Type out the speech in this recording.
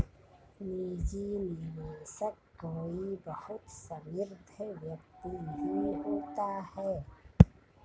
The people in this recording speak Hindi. निजी निवेशक कोई बहुत समृद्ध व्यक्ति ही होता है